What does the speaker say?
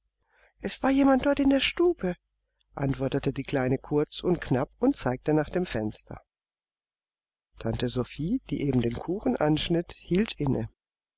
es war jemand dort in der stube antwortete die kleine kurz und knapp und zeigte nach dem fenster tante sophie die eben den kuchen anschnitt hielt inne